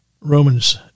Romans